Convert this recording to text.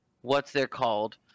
What's-they're-called